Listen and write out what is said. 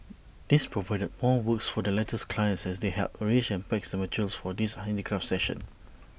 this provided more work for the latter's clients as they helped arrange and packs materials for these handicraft sessions